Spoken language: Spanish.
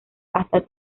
hasta